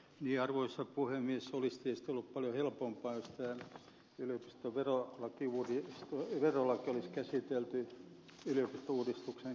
olisi tietysti ollut paljon helpompaa jos tämä yliopiston verolaki olisi käsitelty yliopistouudistuksen kanssa yhdessä